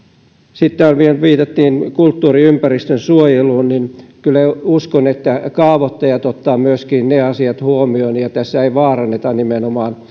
sitten täällä viitattiin vielä kulttuuriympäristön suojeluun kyllä uskon että kaavoittajat ottavat myöskin ne asiat huomioon tässä ei nimenomaan